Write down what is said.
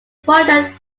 project